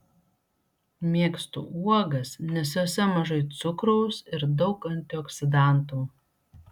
mėgstu uogas nes jose mažai cukraus ir daug antioksidantų